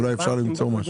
אולי אפשר למצוא משהו.